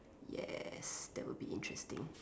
ya that would be interesting